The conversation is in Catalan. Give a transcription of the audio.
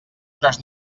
unes